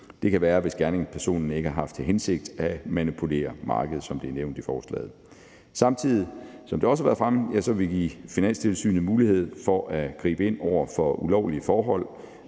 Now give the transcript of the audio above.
Det kan være, hvis gerningspersonen ikke har haft til hensigt at manipulere markedet, som det er nævnt i forslaget. Samtidig, som det også har været fremme, vil vi give Finanstilsynet mulighed for at gribe ind over for ulovlige forhold